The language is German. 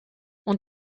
und